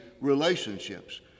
relationships